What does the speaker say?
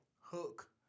hook